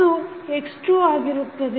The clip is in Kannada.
ಅದು x2 ಆಗಿರುತ್ತದೆ